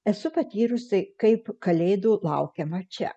esu patyrusi kaip kalėdų laukiama čia